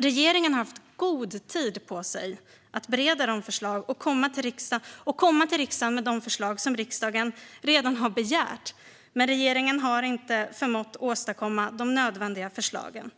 Regeringen har haft god tid på sig att bereda och komma till riksdagen med de förslag som riksdagen redan har begärt men har inte förmått åstadkomma de nödvändiga förslagen.